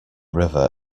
river